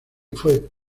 fue